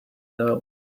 now